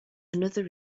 another